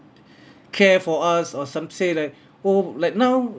care for us or some say like oh like now